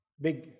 big